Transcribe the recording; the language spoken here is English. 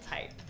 type